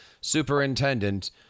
superintendent